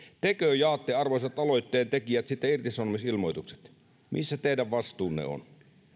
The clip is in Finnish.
tekö jaatte arvoisat aloitteentekijät sitten irtisanomisilmoitukset missä teidän vastuunne on